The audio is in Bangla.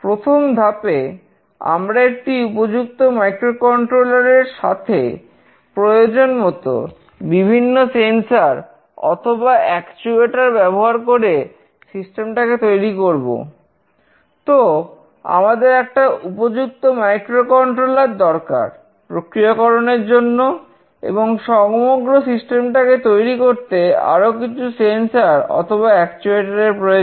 প্রথম ধাপে আমরা একটি উপযুক্ত মাইক্রোকন্ট্রোলারএর প্রয়োজন